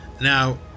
Now